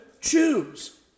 choose